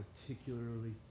particularly